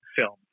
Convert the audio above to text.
film